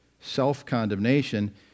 self-condemnation